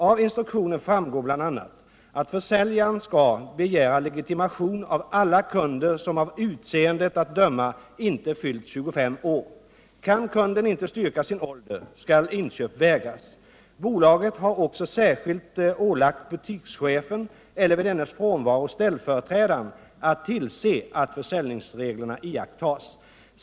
Av instruktionen framgår bl.a. att försäljaren skall begära legitimation av alla kunder som av utseendet att döma inte fyllt 25 år. Kan kunden inte styrka sin ålder skall inköp vägras. Bolaget har också särskilt ålagt butikschefen eller vid dennes frånvaro ställföreträdaren att tillse att försäljningsreglerna iakttas.